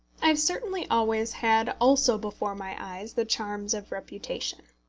i have certainly always had also before my eyes the charms of reputation.